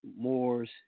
Moors